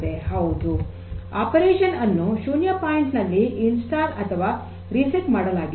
ಹೌದು ಕಾರ್ಯಾಚರಣೆಯನ್ನು ಶೂನ್ಯ ಪಾಯಿಂಟ್ ನಲ್ಲಿ ಸ್ಥಾಪನೆ ಅಥವಾ ರಿಸೆಟ್ ಮಾಡಲಾಗಿದೆ